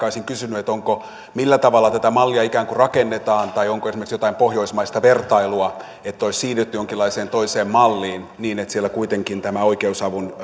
olisin kysynyt millä tavalla tätä mallia ikään kuin rakennetaan tai onko esimerkiksi jotain pohjoismaista vertailua että olisi siirrytty jonkinlaiseen toiseen malliin niin että siellä kuitenkin oikeusavun